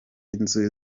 y’inzu